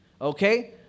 okay